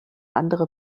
andere